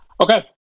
Okay